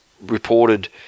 reported